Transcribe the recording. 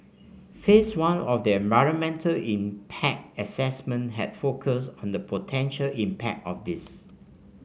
phase one of the environmental impact assessment had focused on the potential impact of this